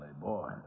boy